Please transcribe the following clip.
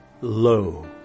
Lo